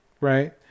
right